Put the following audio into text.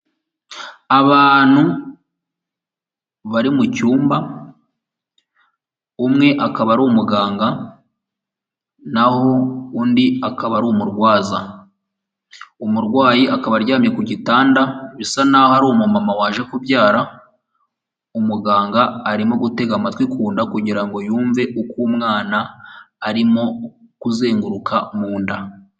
Abantu bari mucyumba, umwe akaba ari umuganga naho undi akaba ari umurwaza, umurwayi akaba aryamye ku gitanda bisa nk'aho ari umumama waje kubyara, umuganga arimo gutega amatwi ku nda kugira ngo yumve uko umwana arimo kuzenguruka mu nda.